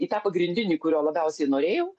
į tą pagrindinį kurio labiausiai norėjau